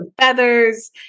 feathers